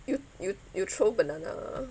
you you you throw banana ah